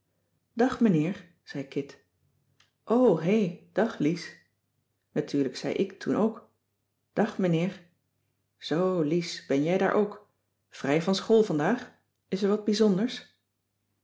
dag meneer zei kit o hé dag lies natuurlijk zei ik toen ook dag meneer zoo lies ben jij daar ook vrij van school vandaag is er wat bijzonders